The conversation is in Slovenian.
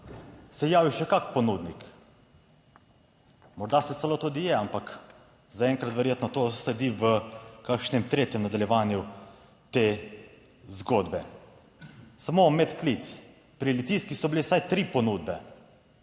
je javil še kak ponudnik, morda se celo tudi je, ampak zaenkrat verjetno to sledi v kakšnem tretjem nadaljevanju te zgodbe. Samo medklic, pri Litijski so bile vsaj tri ponudbe,